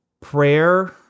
prayer